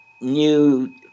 new